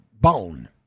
bone